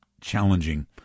challenging